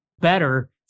better